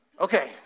Okay